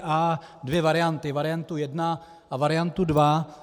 A dvě varianty: variantu jedna a variantu dva.